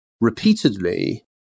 repeatedly